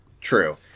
True